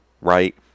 right